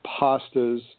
pastas